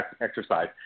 exercise